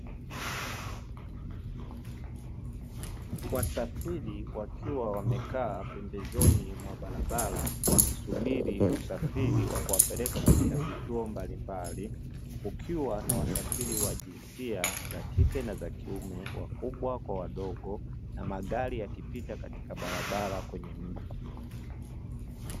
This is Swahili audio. Wasafiri, wakiwa wamekaa pembezoni mwa barabara, wakisubiri usafiri wa kuwapeleka katika vituo mbalimbali, kukiwa na wasafiri wa jinsia za kike na za kiume, wakubwa na wadogo, na magari yakipita katika barabara kwenye mji.